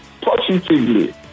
positively